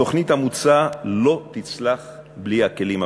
התוכנית המוצעת לא תצלח בלי הכלים הבאים.